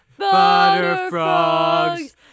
butterfrogs